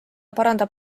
parandab